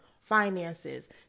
finances